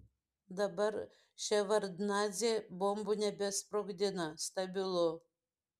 dabar ševardnadzė bombų nebesprogdina stabilu